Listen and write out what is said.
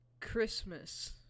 Christmas